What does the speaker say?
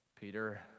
Peter